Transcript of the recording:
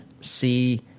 see